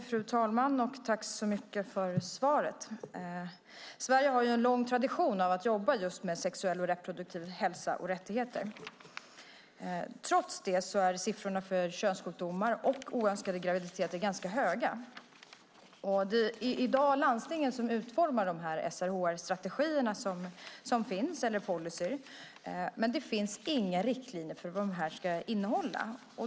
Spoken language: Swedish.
Fru talman! Tack så mycket för svaret! Sverige har en lång tradition av att jobba just med sexuell och reproduktiv hälsa och rättigheter. Trots det är siffrorna för könssjukdomar och oönskade graviditeter ganska höga. I dag är det landstingen som utformar SRHR-strategier och SRHR-policyer, men det finns inga riktlinjer för vad de ska innehålla.